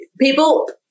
people